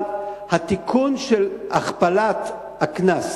אבל התיקון של הכפלת הקנס